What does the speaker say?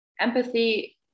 empathy